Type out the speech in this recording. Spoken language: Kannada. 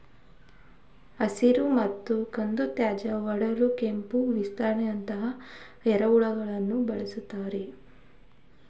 ಹಸಿರು ಮತ್ತು ಕಂದು ತ್ಯಾಜ್ಯ ಒಡೆಯಲು ಕೆಂಪು ವಿಗ್ಲರ್ಗಳಂತಹ ಎರೆಹುಳುಗಳನ್ನು ಬಳ್ಸೋದಾಗಿದೆ